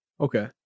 Okay